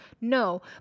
No